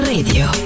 Radio